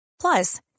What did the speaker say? Plus